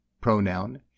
Pronoun